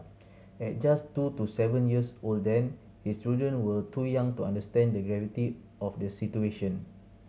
at just two to seven years old then his children were too young to understand the gravity of the situation